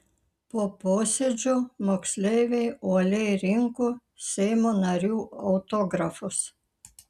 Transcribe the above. po posėdžio moksleiviai uoliai rinko seimo narių autografus